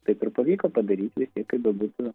taip ir pavyko padaryti vis tiek kaip bebūtų